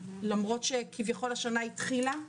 למרות שהשנה כביכול כבר התחילה,